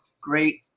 great